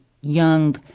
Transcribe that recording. young